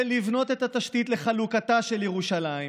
לבנות את התשתית לחלוקתה של ירושלים,